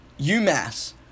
UMass